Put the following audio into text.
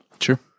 Sure